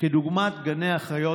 כדוגמת גני החיות,